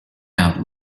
out